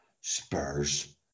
Spurs